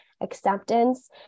acceptance